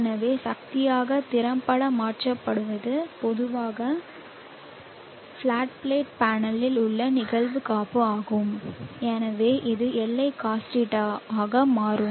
எனவே சக்தியாக திறம்பட மாற்றப்படுவது பொதுவாக பிளாட் பிளேட் பேனலில் உள்ள நிகழ்வு காப்பு ஆகும் எனவே இது Li cos θ ஆக மாறும்